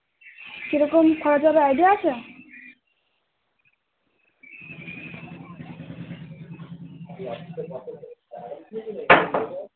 কীরকম খরচ হবে আইডিয়া আছে